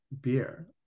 beer